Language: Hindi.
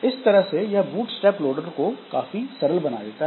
इस तरह से यह बूटस्ट्रैप लोडर को काफी सरल बना देता है